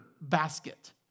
basket